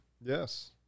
Yes